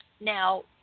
Now